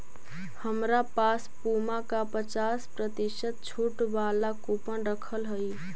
हमरा पास पुमा का पचास प्रतिशत छूट वाला कूपन रखल हई